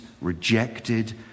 rejected